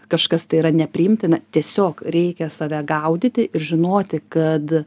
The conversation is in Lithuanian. kažkas tai yra nepriimtina tiesiog reikia save gaudyti ir žinoti kad